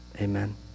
amen